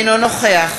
אינו נוכח